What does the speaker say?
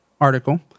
article